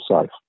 safe